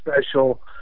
special